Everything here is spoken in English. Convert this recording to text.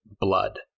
blood